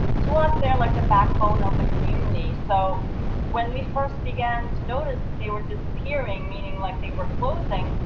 to us they're like the backbone of the community. so when we first began to notice they were disappearing, meaning like they were closing,